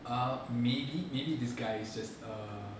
uh maybe maybe this guy is just err